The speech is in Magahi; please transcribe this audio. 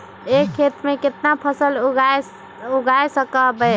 एक खेत मे केतना फसल उगाय सकबै?